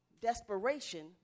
desperation